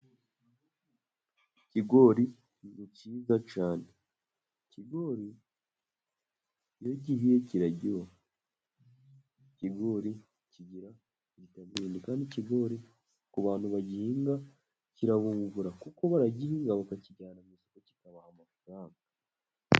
Ikigori ni cyiza cyane, ikigori iyo gihiye kiraryoha, ikigori kigira intungamubiri, kandi ikigori ku bantu bagihinga kirabungura, kuko baragihinga bakakijyana mu isogo kikabaha amafaranga.